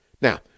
Now